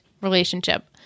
relationship